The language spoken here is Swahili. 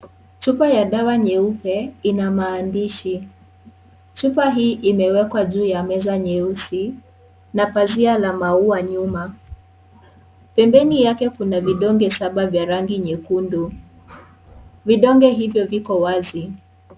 Chupa ya dawa meupe ina maandishi ,chupa hii imewekwa juu ya meza nyeusi na pazia la maua nyuma . Pempeni yake kuna vidonge Saba vya rangi nyekundu . Vidonge hivyo viko wazi.